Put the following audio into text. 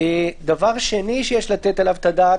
דבר שני שיש לתת עליו את הדעת,